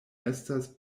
estas